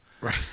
Right